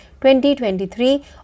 2023